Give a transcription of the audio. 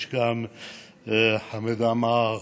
יש גם חמד עמאר,